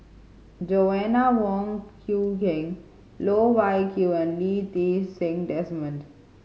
Joanna Wong Quee Heng Loh Wai Kiew and Lee Ti Seng Desmond